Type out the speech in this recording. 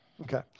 Okay